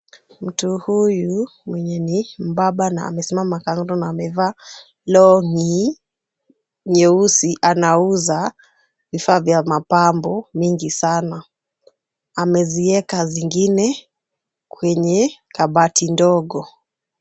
Mtu huyu mwenye ni mbaba na amesimama kando na amevaa long'i nyeusi anauza vifaa vya mapambo mingi sana. Amezieka zingine kwenye kabati ndogo.